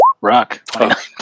Rock